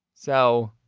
so.